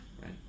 right